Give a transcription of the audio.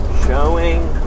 showing